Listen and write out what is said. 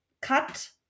cut